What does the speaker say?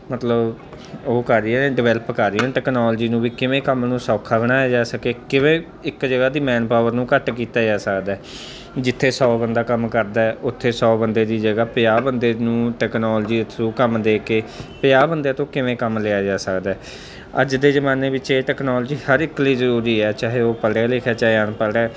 ਮਤਲਬ ਉਹ ਕਰ ਰਹੀਆਂ ਡਿਵੈਲਪ ਕਰ ਰਹੀਆਂ ਟੈਕਨੋਲਜੀ ਨੂੰ ਵੀ ਕਿਵੇਂ ਕੰਮ ਨੂੰ ਸੌਖਾ ਬਣਾਇਆ ਜਾ ਸਕੇ ਕਿਵੇਂ ਇੱਕ ਜਗ੍ਹਾ ਦੀ ਮੈਨਪਾਵਰ ਨੂੰ ਘੱਟ ਕੀਤਾ ਜਾ ਸਕਦਾ ਜਿੱਥੇ ਸੌ ਬੰਦਾ ਕੰਮ ਕਰਦਾ ਉੱਥੇ ਸੌ ਬੰਦੇ ਦੀ ਜਗ੍ਹਾ ਪੰਜਾਹ ਬੰਦੇ ਨੂੰ ਟੈਕਨੋਲਜੀ ਥਰੂ ਕੰਮ ਦੇ ਕੇ ਪੰਜਾਹ ਬੰਦਿਆਂ ਤੋਂ ਕਿਵੇਂ ਕੰਮ ਲਿਆ ਜਾ ਸਕਦਾ ਅੱਜ ਦੇ ਜ਼ਮਾਨੇ ਵਿੱਚ ਇਹ ਟੈਕਨੋਲਜੀ ਹਰ ਇੱਕ ਲਈ ਜ਼ਰੂਰੀ ਹੈ ਚਾਹੇ ਉਹ ਪੜ੍ਹਿਆ ਲਿਖਿਆ ਚਾਹੇ ਅਨਪੜ੍ਹ ਹੈ